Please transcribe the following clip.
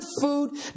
food